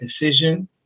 decision